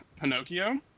Pinocchio